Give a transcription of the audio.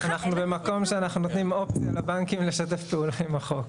אנחנו במקום שאנחנו נותנים אופציה לבנקים לשתף פעולה עם החוק.